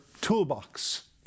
toolbox